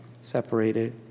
separated